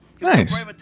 Nice